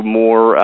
more